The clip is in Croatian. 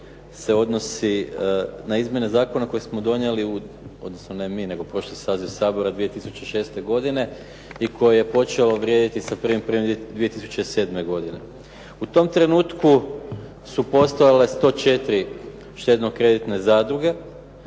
se odnosi na izmjene zakona koje smo donijeli, odnosno ne mi, nego prošli saziv Sabora 2006. godine i koji je počeo vrijediti sa 1.1.2007. godine. U tom trenutku su postojale 104 štedno-kreditne zadruge